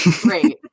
Great